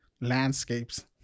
landscapes